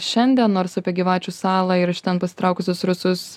šiandien nors apie gyvačių salą ir iš ten pasitraukusius rusus